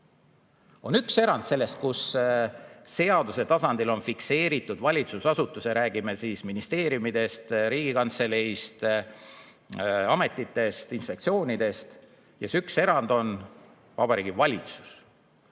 On üks erand sellest, kui seaduse tasandil on fikseeritud valitsusasutuse asukoht – me räägime siis ministeeriumidest, Riigikantseleist, ametitest, inspektsioonidest –, ja see üks erand on Vabariigi Valitsus.